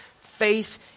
faith